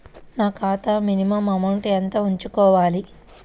నా ఖాతా minimum amount ఎంత ఉంచుకోవాలి?